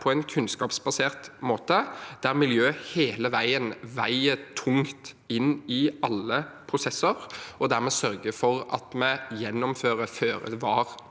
og kunnskapsbasert måte, der miljøet hele veien veier tungt inn i alle prosesser og dermed sørger for at vi gjennomfører føre-var-tiltak